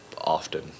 often